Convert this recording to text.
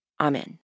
Amen